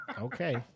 Okay